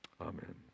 Amen